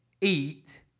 eat